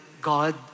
God